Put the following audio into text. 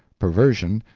perversion,